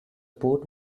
boat